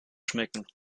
schmecken